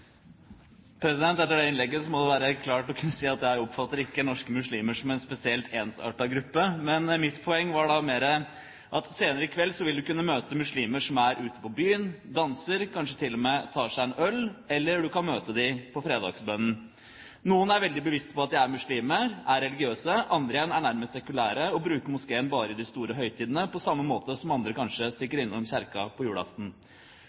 Etter det innlegget må det være lov å kunne si at jeg ikke oppfatter norske muslimer som en spesielt ensartet gruppe. Mitt poeng er at senere i kveld vil man kunne møte muslimer som er ute på byen, danser og kanskje til og med tar seg en øl, eller man kan møte dem på fredagsbønnen. Noen er veldig bevisste på at de er muslimer, er religiøse, andre igjen er nærmest sekulære og bruker moskeen bare i de store høytidene på samme måte som andre kanskje stikker innom kirken på